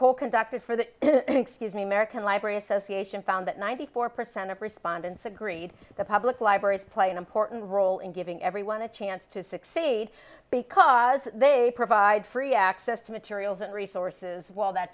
poll conducted for the excuse me american library association found that ninety four percent of respondents agreed that public libraries play an important role in giving everyone a chance to succeed because they provide free access to materials and resources well that